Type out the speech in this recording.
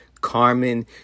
Carmen